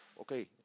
okay